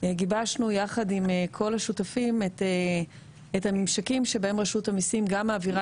גיבשנו יחד עם כל השותפים את הממשקים שבהם רשות המיסים גם מעבירה